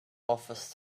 office